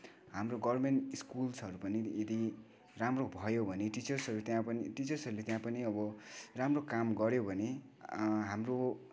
हाम्रो गभर्मेन्ट स्कुल्सहरू पनि यदि राम्रो भयो भने टिचर्टहरू त्यहाँ पनि टिचर्सहरूले त्यहाँ पनि अब राम्रो काम गऱ्यो भने हाम्रो